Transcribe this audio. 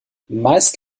meist